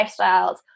lifestyles